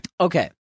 Okay